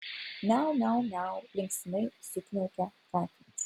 miau miau miau linksmai sukniaukė katinas